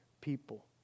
people